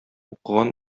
укыган